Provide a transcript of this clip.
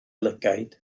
lygaid